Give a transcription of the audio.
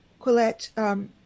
Quillette